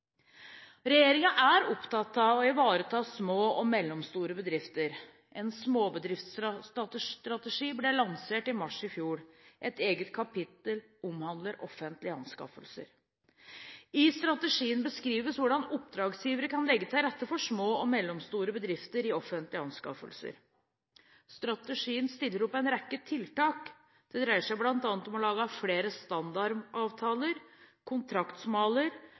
er opptatt av å ivareta små og mellomstore bedrifter. En SMB-strategi ble lansert i mars i fjor. Et eget kapittel omhandler offentlige anskaffelser. I strategien beskrives hvordan oppdragsgivere kan legge til rette for små og mellomstore bedrifter i offentlige anskaffelser. Strategien stiller opp en rekke tiltak. Det dreier seg bl.a. om å lage flere standardavtaler, kontraktsmaler,